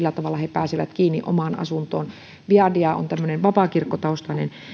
pääsevät kiinni omaan asuntoon viadia on tämmöinen vapaakirkkotaustainen